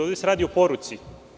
Ovde se radi o poruci.